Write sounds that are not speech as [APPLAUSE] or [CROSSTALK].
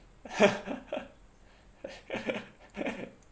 [LAUGHS]